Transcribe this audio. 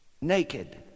naked